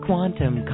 Quantum